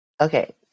Okay